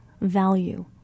value